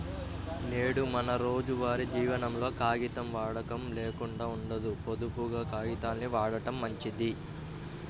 నేడు మన రోజువారీ జీవనంలో కాగితం వాడకం లేకుండా ఉండదు, పొదుపుగా కాగితాల్ని వాడటం మంచిది